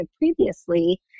previously